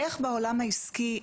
איך בעולם העסקי,